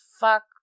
Fuck